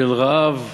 של רעב מצמית,